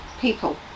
people